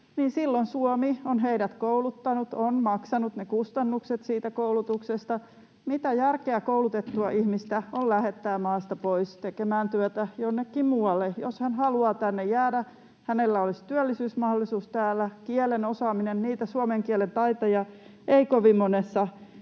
silloin Suomi on heidät kouluttanut, on maksanut ne kustannukset siitä koulutuksesta. Mitä järkeä koulutettua ihmistä on lähettää maasta pois tekemään työtä jonnekin muualle, jos hän haluaa tänne jäädä, hänellä olisi työllisyysmahdollisuus täällä, kielen osaaminen? Suomen kielen taitajia ei kovin monesta